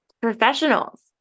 professionals